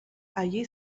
allí